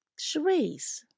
Cherise